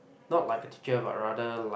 not like a teacher but rather like